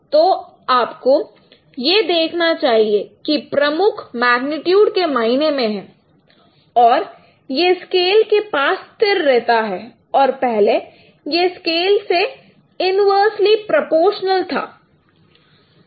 तो आपको यह देखना चाहिए की प्रमुख मैग्निट्यूड के मायने में है और यह स्केल के पास स्थिर रहता है और पहले यह स्केल से इन्वर्सली प्रोपोर्शनल था